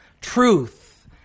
truth